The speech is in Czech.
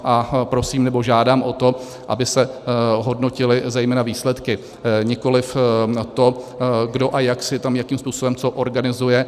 A prosím, nebo žádám o to, aby se hodnotily zejména výsledky, nikoliv to, kdo a jak si tam jakým způsobem co organizuje.